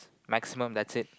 maximum that's it